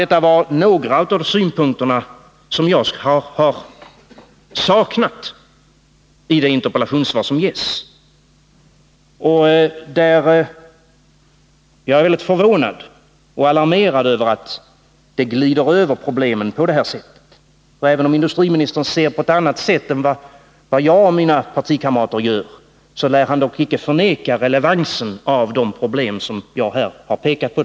Detta var några av de synpunkter som jag har saknat i det interpellationssvar som getts. Och jag är väldigt förvånad och alarmerad över att man där glider över problemen på detta sätt. Även om industriministern ser på ett annat sätt än vad jag och mina partikamrater gör, så lär han icke förneka den avgörande relevansen av de problem som jag har här pekat på.